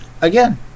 again